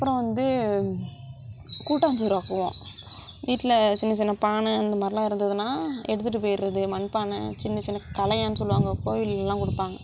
அப்புறம் வந்து கூட்டாஞ்சோறு ஆக்குவோம் வீட்டில் சின்ன சின்ன பானை அந்த மாதிரிலாம் இருந்ததுன்னா எடுத்துட்டு போயிடுறது மண்பானை சின்ன சின்ன கலையன்னு சொல்லுவாங்க கோயிலெல்லாம் கொடுப்பாங்க